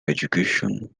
education